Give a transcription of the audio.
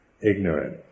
ignorant